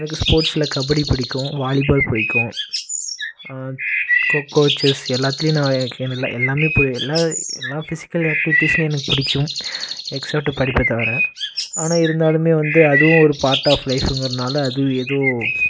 எனக்கு ஸ்போர்ட்ஸில் கபடி பிடிக்கும் வாலிபால் பிடிக்கும் கொக்கோ செஸ் எல்லாத்துலேயும் நான் இருக்கேன்னு இல்லை எல்லாம் பு எல்லாம் எல்லாம் ஃபிஸிக்கல் ஆக்டிவிட்டிஸ்லியும் எனக்கு பிடிக்கும் எக்ஸப்ட் படிப்பை தவிர ஆனால் இருந்தாலும் வந்து அதுவும் ஒரு பார்ட் ஆஃப் லைஃபுங்குறனால் அது எதுவும்